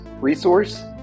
resource